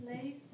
place